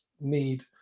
need